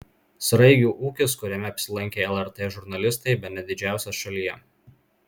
sraigių ūkis kuriame apsilankė lrt žurnalistai bene didžiausias šalyje